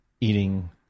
eating